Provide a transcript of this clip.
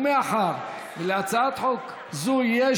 מאחר שלהצעת חוק זו יש